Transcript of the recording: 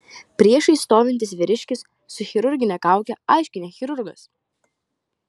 priešais stovintis vyriškis su chirurgine kauke aiškiai ne chirurgas